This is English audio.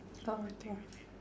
twelve ah twelve